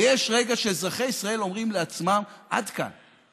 ויש רגע שאזרחי ישראל אומרים לעצמם: עד כאן.